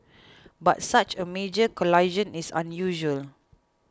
but such a major collision is unusual